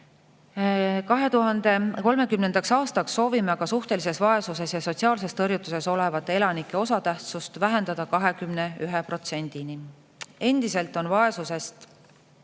2030. aastaks soovime aga suhtelises vaesuses ja sotsiaalses tõrjutuses olevate elanike osatähtsust vähendada 21%‑ni. Endiselt on vaesusest